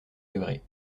degrés